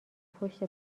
پشت